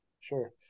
Sure